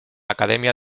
academia